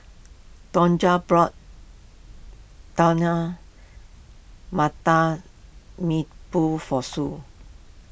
Tonja bought Mata for Sue